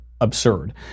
absurd